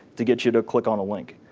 to get you to click on a link.